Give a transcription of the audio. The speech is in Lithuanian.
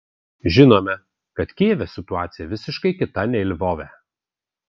žinome kad kijeve situacija visiškai kita nei lvove